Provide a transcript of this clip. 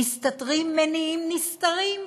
מסתתרים מניעים נסתרים?